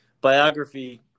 biography